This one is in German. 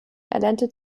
erlernte